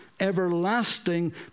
everlasting